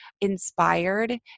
inspired